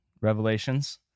revelations